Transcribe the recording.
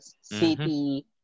city